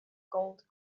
gold